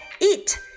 eat